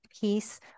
piece